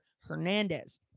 Hernandez